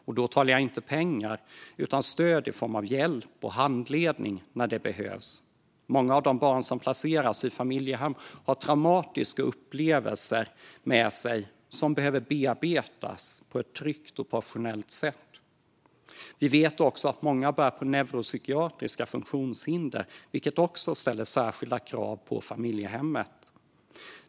Jag talar inte om pengar, utan stöd i form av hjälp och handledning när det behövs. Många av de barn som placeras i familjehem har traumatiska upplevelser med sig som behöver bearbetas på ett tryggt och professionellt sätt. Vi vet också att många bär på neuropsykiatriska funktionshinder, vilket också ställer särskilda krav på familjehemmet.